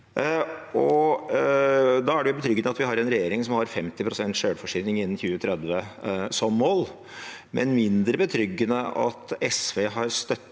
Da er det betryggende at vi har en regjering som har 50 pst. selvforsyning innen 2030 som mål, men mindre betryggende at SV har støttet